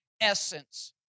essence